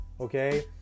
okay